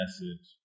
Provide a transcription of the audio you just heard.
message